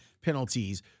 penalties